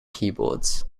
keyboards